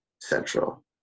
central